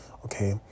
Okay